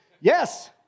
yes